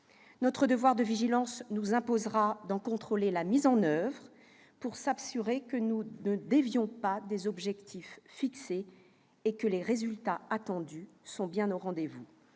Notre devoir de vigilance nous imposera d'en contrôler la mise en oeuvre, pour s'assurer que l'on ne dévie pas des objectifs fixés et que les résultats attendus sont bien au rendez-vous.